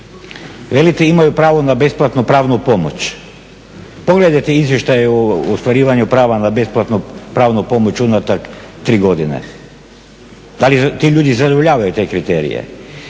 Velike imaju pravo na besplatnu pravnu pomoć. Pogledajte izvještaje u ostvarivanju prava na besplatnu pravnu pomoć unatrag 3 godine. Da li ti ljudi zadovoljavaju te kriterije?